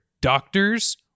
doctors